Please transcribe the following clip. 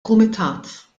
kumitat